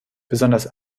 besonders